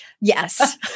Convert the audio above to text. Yes